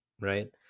right